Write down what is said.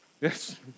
Yes